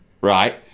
right